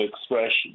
expression